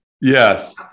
Yes